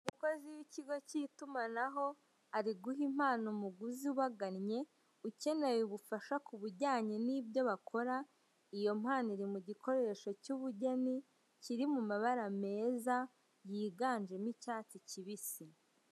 Umukozi w'ikigo k'itumanaho, ari guha impano umuguzi ubagannye, ukeneye ubufasha ku bijyanye n'ibyo bakora, iyo mpano iri mu gikoresho cy'ubugeni kiri mu mabara meza yiganje mo icyatsi kibisi.